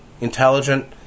intelligent